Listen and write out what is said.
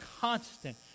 constant